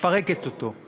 מפרקת אותו.